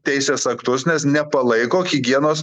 teisės aktus nes nepalaiko higienos